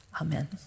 Amen